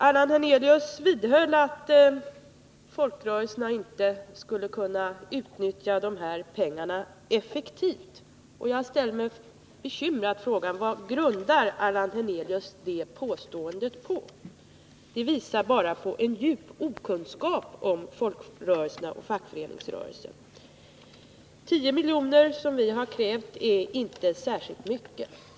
Allan Hernelius vidhöll att folkrörelserna inte skulle kunna använda de här pengarna effektivt. Jag ställer mig bekymrad frågan: Vad grundar Allan Hernelius det påståendet på? Det visar bara på en djup okunnighet om 10 miljoner, som vi har krävt, är inte särskilt mycket.